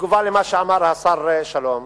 בתגובה על מה שאמר השר שלום,